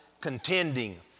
contending